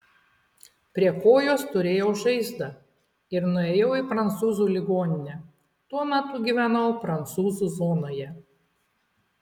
prie kojos turėjau žaizdą ir nuėjau į prancūzų ligoninę tuo metu gyvenau prancūzų zonoje